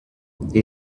die